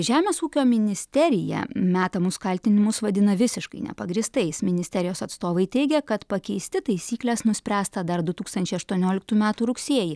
žemės ūkio ministerija metamus kaltinimus vadina visiškai nepagrįstais ministerijos atstovai teigia kad pakeisti taisykles nuspręsta dar du tūkstančiai aštuonioliktų metų rugsėjį